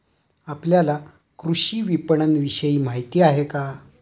आपल्याला कृषी विपणनविषयी माहिती आहे का?